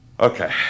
Okay